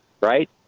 right